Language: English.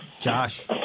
Josh